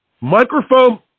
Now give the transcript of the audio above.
Microphone